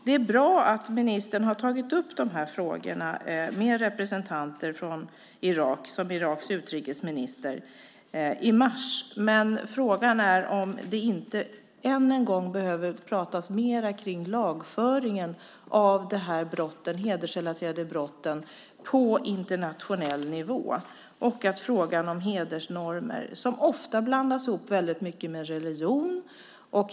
Det är bra att ministern tagit upp frågan med representanter för Iran, såsom med Irans utrikesminister i mars, men frågan är om det inte än en gång på internationell nivå behöver talas mer om lagföringen av de hedersrelaterade brotten. Det gäller även frågan om hedersnormer, som ofta blandas ihop med religion.